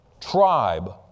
tribe